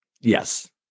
Yes